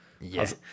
Yes